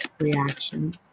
reaction